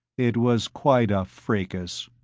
it was quite a fracas,